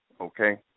okay